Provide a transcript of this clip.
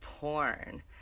Porn